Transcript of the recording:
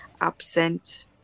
absent